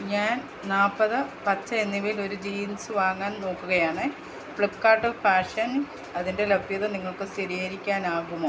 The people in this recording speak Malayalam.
ഞാൻ നാൽപ്പത് പച്ച എന്നിവയിൽ ഒരു ജീൻസ് വാങ്ങാൻ നോക്കുകയാണ് ഫ്ലിപ്പ്കാർട്ട് ഫാഷൻ അതിൻ്റെ ലഭ്യത നിങ്ങൾക്ക് സ്ഥിരീകരിക്കാനാകുമോ